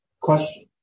question